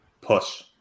Push